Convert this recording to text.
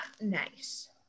nice